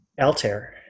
Altair